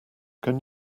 can